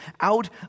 out